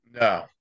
No